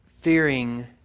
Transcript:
fearing